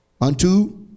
unto